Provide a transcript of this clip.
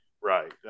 right